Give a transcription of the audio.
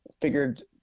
figured